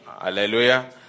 Hallelujah